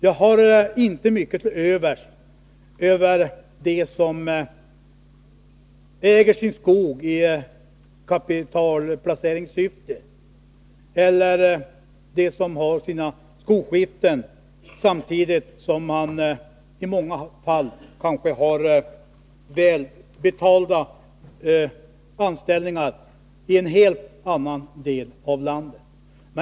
Jag har inte mycket till övers för dem som äger sin skog i kapitalplaceringssyfte eller för dem som har sina skogsskiften samtidigt som de i många fall har välbetalda anställningar i helt andra delar av landet.